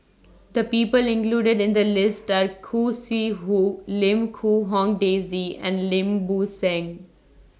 The People included in The list Are Khoo Sui Hoe Lim Quee Hong Daisy and Lim Bo Seng